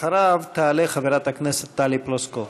אחריו תעלה חברת הכנסת טלי פלוסקוב.